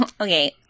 Okay